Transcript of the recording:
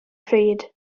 pryd